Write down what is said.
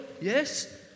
Yes